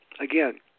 again